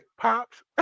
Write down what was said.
pops